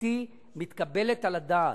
בלתי מתקבלת על הדעת.